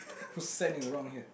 whose sand is wrong here